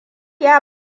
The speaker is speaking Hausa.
ya